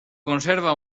conserva